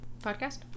podcast